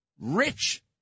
rich